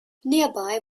nearby